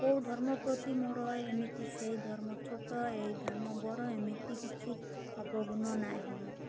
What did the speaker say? କୋଉ ଧର୍ମ ପ୍ରତି ମୋର ଏମିତି ସେଇ ଧର୍ମ ଛୋଟ ଏଇ ଧର୍ମ ବଡ଼ ଏମିତି କିଛି ଅବଗୁଣ ନାହିଁ